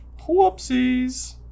whoopsies